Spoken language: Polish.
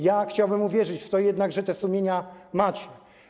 Ja chciałbym uwierzyć jednak, że te sumienia macie.